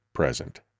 present